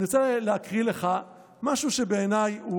אני רוצה להקריא לך משהו שבעיניי הוא